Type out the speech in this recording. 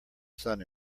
sun